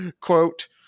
Quote